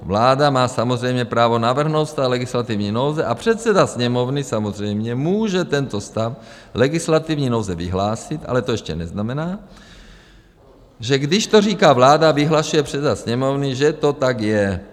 Vláda má samozřejmě právo navrhnout stav legislativní nouze a předseda Sněmovny samozřejmě může tento stav legislativní nouze vyhlásit, ale to ještě neznamená, že když to říká vláda, vyhlašuje předseda Sněmovny, že to tak je.